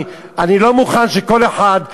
אני לא מוכן שכל אחד,